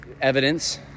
evidence